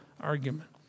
argument